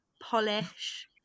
polish